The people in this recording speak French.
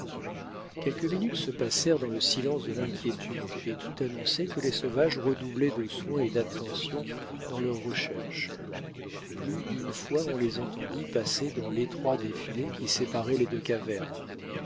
quelques minutes se passèrent dans le silence de l'inquiétude et tout annonçait que les sauvages redoublaient de soin et d'attention dans leurs recherches plus d'une fois on les entendit passer dans l'étroit défilé qui séparait les deux cavernes